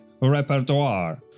repertoire